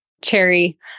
cherry